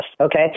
Okay